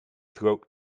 throat